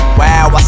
wow